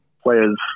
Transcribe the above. players